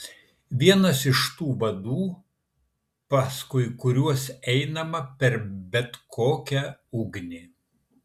vienas iš tų vadų paskui kuriuos einama per bet kokią ugnį